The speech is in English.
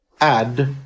add